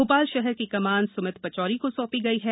भोपाल शहर की कमान स्मित पचौरी को सौंपी गई है